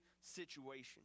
situation